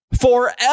Forever